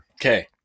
Okay